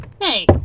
Hey